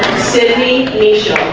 sydney asia